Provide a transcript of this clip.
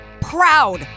proud